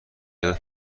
ازت